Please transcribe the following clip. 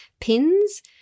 pins